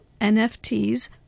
NFTs